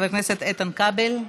חבר הכנסת איתן כבל,